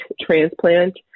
transplant